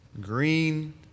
green